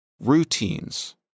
routines